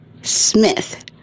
Smith